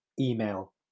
email